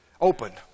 opened